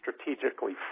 strategically